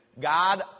God